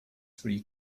free